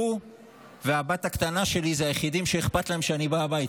הוא והבת הקטנה שלי הם היחידים שאכפת להם שאני בא הביתה.